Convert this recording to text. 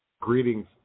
Greetings